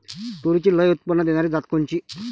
तूरीची लई उत्पन्न देणारी जात कोनची?